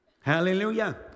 Hallelujah